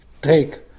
Take